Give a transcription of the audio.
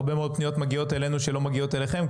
הרבה מאוד פניות מגיעות אלינו שלא מגיעות אליכם,